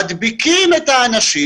מדביקים אנשים,